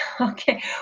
Okay